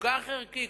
כל כך ערכי,